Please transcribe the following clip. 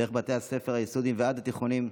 דרך בתי הספר היסודיים ועד התיכונים,